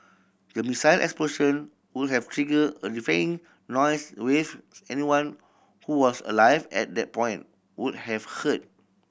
the missile explosion would have triggered a deafening noise wave anyone who was alive at that point would have heard